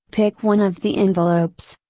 pick one of the envelopes,